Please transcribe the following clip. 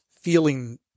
feeling